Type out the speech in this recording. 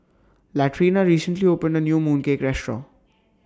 Latrina recently opened A New Mooncake Restaurant